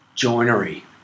Joinery